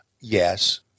Yes